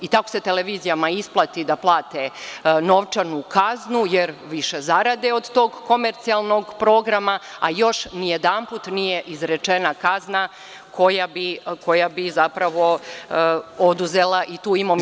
I tako se televizijama isplati da plate novčanu kaznu jer više zarade od tog komercijalnog programa, a još nijedanput nije izrečena kazna koja bi zapravo oduzela i tu imovinsku dobit.